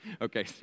okay